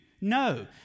No